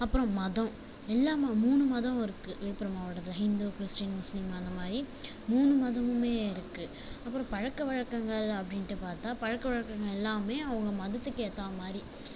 அப்புறம் மதம் எல்லா ம மூணு மதம் இருக்கு விழுப்புரம் மாவட்டத்தில் ஹிந்து கிறிஸ்டின் முஸ்லிம் அந்தமாதிரி மூணு மதமுமே இருக்குது அப்புறம் பழக்கவழக்கங்கள் அப்படின்ட்டு பார்த்தா பழக்கவழக்கங்கள் எல்லாமே அவங்க மதத்துக்கு ஏற்ற மாதிரி